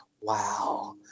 wow